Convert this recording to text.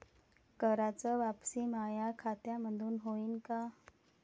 कराच वापसी माया खात्यामंधून होईन का?